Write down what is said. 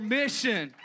mission